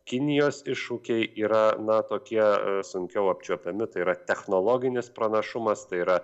kinijos iššūkiai yra na tokie sunkiau apčiuopiami tai yra technologinis pranašumas tai yra